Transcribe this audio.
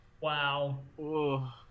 Wow